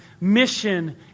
mission